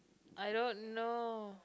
I don't know